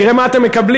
תראה מה אתם מקבלים,